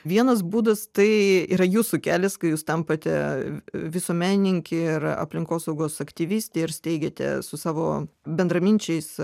vienas būdas tai yra jūsų kelias kai jūs tampate visuomenininkė ir aplinkosaugos aktyvistė ir steigiate su savo bendraminčiais